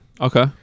Okay